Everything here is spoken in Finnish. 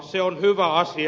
se on hyvä asia